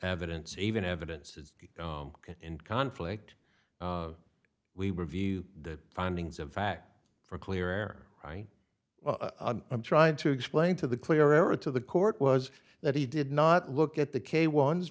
evidence even evidence is in conflict we review the findings of fact for clear air right i'm trying to explain to the clear or to the court was that he did not look at the k ones